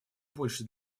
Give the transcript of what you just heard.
больше